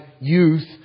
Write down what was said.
youth